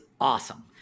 awesome